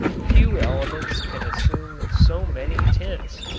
few elements can assume so many tints.